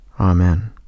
amen